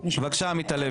בבקשה, עמית הלוי.